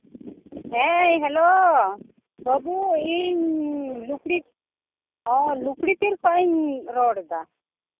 ᱦᱮᱸ ᱦᱮᱞᱳ ᱵᱟᱵᱩ ᱤᱧ ᱞᱩᱠᱲᱤ ᱞᱩᱠᱲᱤᱛᱤᱨ ᱠᱷᱚᱱ ᱤᱧ ᱨᱚᱲ ᱮᱫᱟ